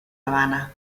habana